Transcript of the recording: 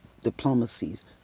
diplomacies